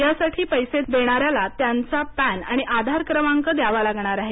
यासाठी पैसे देणाऱ्याला त्यांचा पॅन आणि आधार क्रमांक द्यावा लागणार आहे